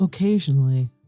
Occasionally